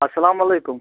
اَلسَلامُ علیکُم